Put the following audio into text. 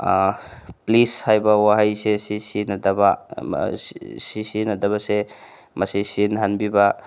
please ꯍꯥꯏꯕ ꯋꯥꯍꯩꯁꯦ ꯑꯁꯤ ꯁꯤꯖꯤꯟꯅꯗꯕ ꯑꯁꯤ ꯁꯤꯖꯤꯟꯅꯗꯕꯁꯦ ꯃꯁꯤ ꯁꯤꯖꯤꯟꯅꯍꯟꯕꯤꯕ